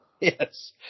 Yes